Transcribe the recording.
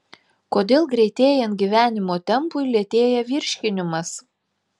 kodėl greitėjant gyvenimo tempui lėtėja virškinimas